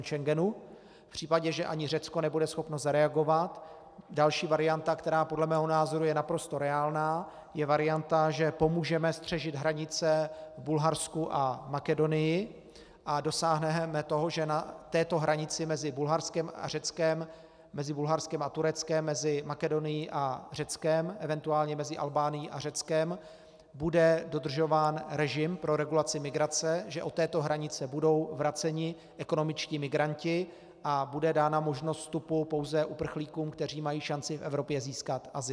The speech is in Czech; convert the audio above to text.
V případě, že ani Řecko nebude schopno zareagovat, další varianta, která podle mého názoru je naprosto reálná, je varianta, že pomůžeme střežit hranice v Bulharsku a Makedonii a dosáhneme toho, že na této hranici mezi Bulharskem a Řeckem, mezi Bulharskem a Tureckem, mezi Makedonií a Řeckem, event. mezi Albánií a Řeckem bude dodržován režim pro regulaci migrace, že od této hranice budou vraceni ekonomičtí migranti a bude dána možnost vstupu pouze uprchlíkům, kteří mají šanci v Evropě získat azyl.